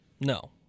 No